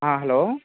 ఆ హలో